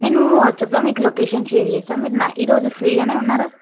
నేను వాట్స్ఆప్లో మీకు లొకేషన్ షేర్ చేస్తాను మీరు ఈరోజు ఫ్రీగానే ఉన్నారా